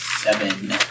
Seven